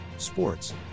sports